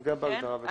גם בהגדרה.